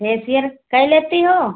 facial कइ लेती हो